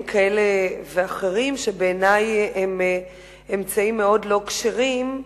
כאלה ואחרים שבעיני הם אמצעים מאוד לא כשרים,